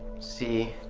see.